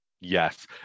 Yes